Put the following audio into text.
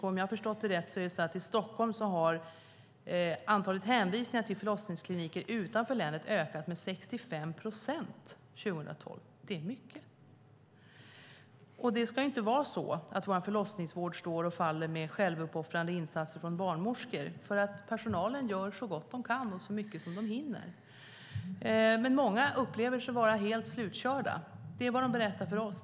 Om jag har förstått det rätt har i Stockholm antalet hänvisningar till förlossningskliniker utanför länet ökat med 65 procent år 2012. Det är mycket. Det ska inte vara så att vår förlossningsvård står och faller med självuppoffrande insatser från barnmorskor. Personalen gör så gott den kan och så mycket som den hinner. Många upplever sig vara helt slutkörda. Det är vad de berättar för oss.